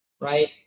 right